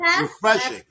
Refreshing